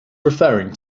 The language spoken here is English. referring